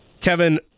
Kevin